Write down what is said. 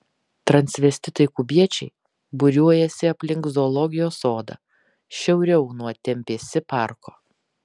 transvestitai kubiečiai būriuojasi aplink zoologijos sodą šiauriau nuo tempėsi parko